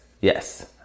Yes